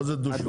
מה זה דו שימוש?